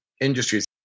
industries